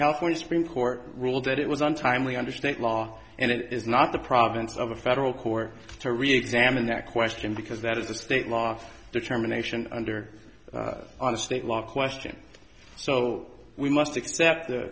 california supreme court ruled that it was untimely under state law and it is not the province of a federal court to reexamine that question because that is the state law determination under our state law question so we must accept the